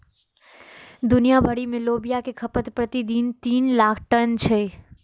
दुनिया भरि मे लोबिया के खपत प्रति दिन तीन लाख टन छै